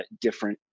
different